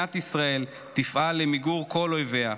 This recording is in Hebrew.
ושמדינת ישראל תפעל למיגור כל אויביה.